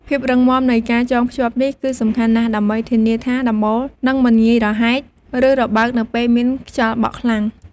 ភាពរឹងមាំនៃការចងភ្ជាប់នេះគឺសំខាន់ណាស់ ដើម្បីធានាថាដំបូលនឹងមិនងាយរហែក ឬរបើកនៅពេលមានខ្យល់បក់ខ្លាំង។